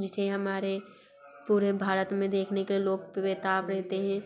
जिसे हमारे पूरे भारत में देखने के लिए लोग बेताब रहते हैं